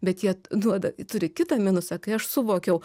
bet jie duoda turi kitą minusą kai aš suvokiau